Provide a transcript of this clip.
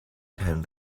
time